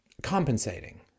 compensating